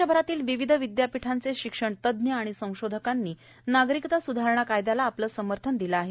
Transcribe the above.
देशभरातील विविध विदयापीठांचे शिक्षणतज्ञ आणि संशोधकांनी नागरीकता सुधारणा कायदयाला आपलं समर्थन दिलं आहे